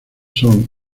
son